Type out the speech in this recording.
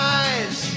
eyes